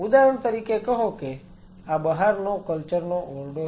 ઉદાહરણ તરીકે કહો કે આ બહારનો કલ્ચર નો ઓરડો છે